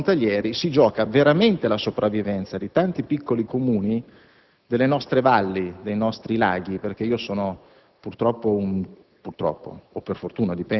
Peraltro, so che su questi fondi frontalieri si gioca veramente la sopravvivenza di tanti piccoli Comuni delle nostre valli e dei nostri laghi, dal momento che sono purtroppo -